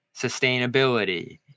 sustainability